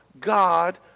God